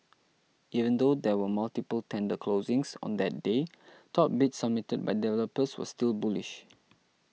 even though there were multiple tender closings on that day top bids submitted by developers were still bullish